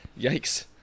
Yikes